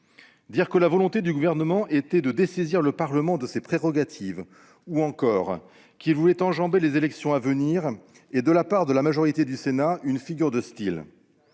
Dire que la volonté du Gouvernement était de dessaisir le Parlement de ses prérogatives ou encore qu'il voulait enjamber les élections à venir est, de la part de la majorité des membres du Sénat, une figure de style.